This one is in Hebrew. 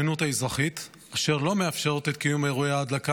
האזרחית אשר לא מאפשרות את קיום אירועי ההדלקה,